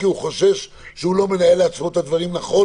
כי הוא חושש שהוא לא מנהל לעצמו את הדברים הנכון